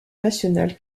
nationale